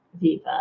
Viva